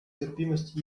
терпимость